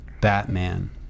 Batman